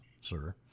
sir